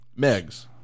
Megs